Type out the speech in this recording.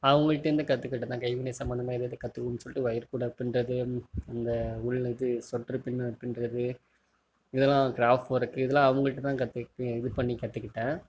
அவங்கள்டேருந்து கற்றுக்கிட்டதுதான் கைவினை சம்மந்தமாக எதாவது கற்றுக்கணுன்னு சொல்லிட்டு ஒயர்க்கூடை பின்னுறது இந்த உல்லன் இது சொட்டரு பின் பின்னுறது இதெலாம் கிராஃப்ட் ஒர்க் இதெல்லாம் அவங்கள்ட்ட தான் கற்றுக்கிட்டேன் இதுப்பண்ணி கற்றுக்கிட்டேன்